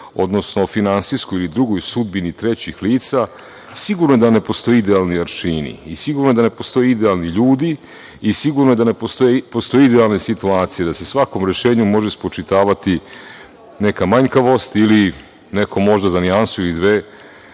odnosno o finansijskoj ili drugoj sudbini trećih lica, sigurno da ne postoje idealni aršini i sigurno je da ne postoje idealni ljudi i sigurno je da ne postoje idealne situacije, da se svakom rešenju može spočitavati neka manjkavost ili neko možda za nijansu ili dve